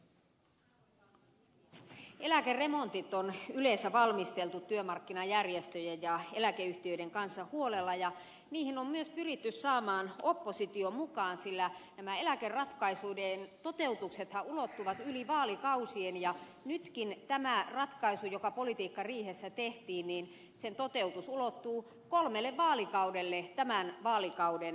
eläkeremontit on yleensä valmisteltu työmarkkinajärjestöjen ja eläkeyhtiöiden kanssa huolella ja niihin on myös pyritty saamaan oppositio mukaan sillä nämä eläkeratkaisujen toteutuksethan ulottuvat yli vaalikausien ja nytkin tämän ratkaisun joka politiikkariihessä tehtiin toteutus ulottuu kolmelle vaalikaudelle tämän vaalikauden jälkeen